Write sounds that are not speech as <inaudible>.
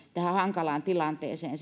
tähän hankalaan tilanteeseen <unintelligible>